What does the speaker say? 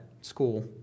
school